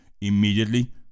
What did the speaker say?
Immediately